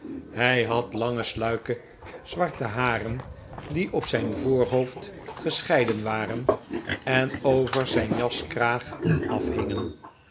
hij had lange sluike zwarte haren die op zijn voorhoofd gescheiden waren en over zijn jaskraag afhingen